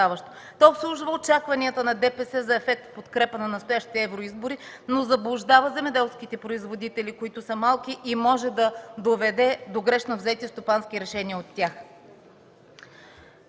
То обслужва очакванията на ДПС за ефект в подкрепа на настоящите евроизбори, но заблуждава земеделските производители, които са малки, и може да доведе до грешно взети стопански решения от тях.